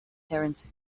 terence